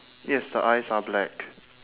yes the eyes are black